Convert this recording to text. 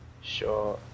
Sure